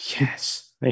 Yes